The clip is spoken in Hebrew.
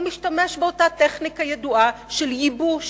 הוא משתמש באותה טכניקה ידועה של ייבוש.